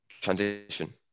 transition